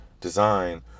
design